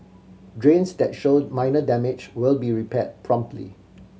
drains that show minor damage will be repaired promptly